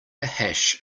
hash